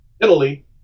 Italy